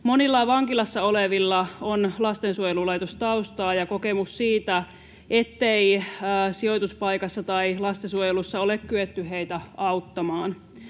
Monilla vankilassa olevilla on lastensuojelulaitostaustaa ja kokemus siitä, ettei sijoituspaikassa tai lastensuojelussa ole kyetty heitä auttamaan.